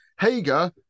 Hager